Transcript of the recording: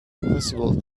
impossible